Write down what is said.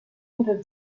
entre